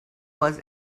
was